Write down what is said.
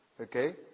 Okay